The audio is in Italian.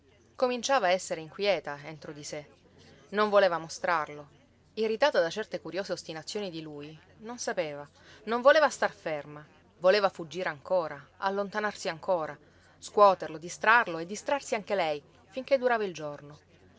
a essere inquieta entro di sé non voleva mostrarlo irritata da certe curiose ostinazioni di lui non sapeva non voleva star ferma voleva fuggire ancora allontanarsi ancora scuoterlo distrarlo e distrarsi anche lei finché durava il giorno